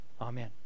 Amen